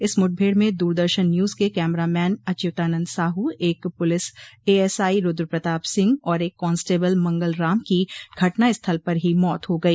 इस मुठभेड़ में दूरदर्शन न्यूज के कैमरा मैन अच्युतानंद साहू एक पुलिस एएसआई रूद्रप्रताप सिंह और एक कांस्टेबल मंगल राम की घटनास्थल पर ही मौत हो गई